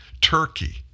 Turkey